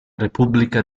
repubblica